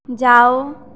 जाओ